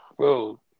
Bro